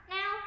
Now